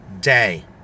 day